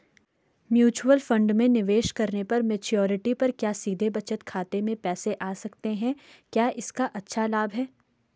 Mutual fund में निवेश करने पर मैच्योरिटी पर क्या सीधे बचत खाते में पैसे आ सकते हैं क्या इसका अच्छा लाभ है?